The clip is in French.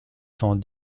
cent